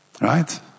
Right